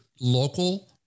local